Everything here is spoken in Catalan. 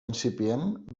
incipient